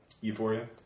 Euphoria